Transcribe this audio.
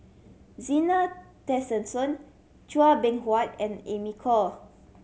Zena Tessensohn Chua Beng Huat and Amy Khor